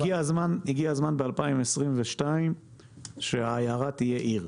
הנגב והגליל עודד פורר: הגיע הזמן ב-2022 שהעיירה תהיה עיר.